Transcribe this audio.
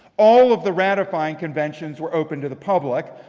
all of the ratifying conventions were open to the public,